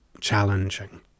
challenging